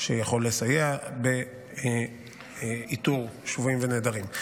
יכול לסייע באיתור שבויים ונעדרים.